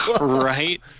Right